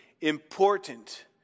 important